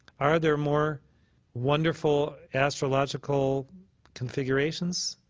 are there more wonderful astrological configurations?